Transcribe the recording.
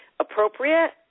appropriate